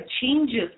changes